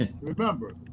remember